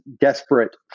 desperate